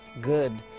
good